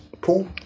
Paul